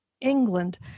England